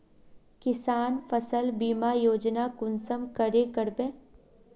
किसान फसल बीमा योजना कुंसम करे करबे?